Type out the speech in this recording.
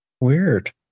Weird